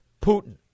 putin